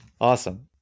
awesome